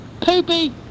Poopy